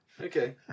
Okay